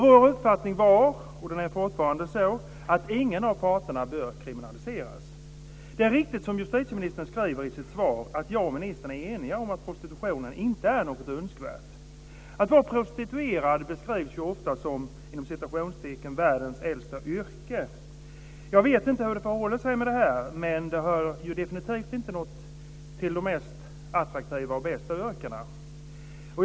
Vår uppfattning var, och är fortfarande, att ingen av parterna bör kriminaliseras. Det är riktig som justitieministern skriver i sitt svar att jag och ministern är eniga om att prostitution inte är något önskvärt. Att vara prostituerad beskrivs ju ofta som "världens äldsta yrke". Jag vet inte hur det förhåller sig med detta, men det hör definitivt inte till de mest bästa och mest attraktiva yrkena.